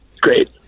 great